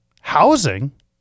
housing